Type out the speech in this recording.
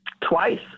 Twice